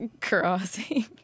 crossing